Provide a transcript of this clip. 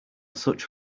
such